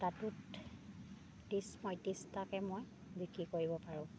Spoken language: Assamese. সপ্তাহটোত ত্ৰিছ পঁয়ত্ৰিছটাকৈ মই বিক্ৰী কৰিব পাৰোঁ